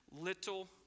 little